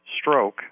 stroke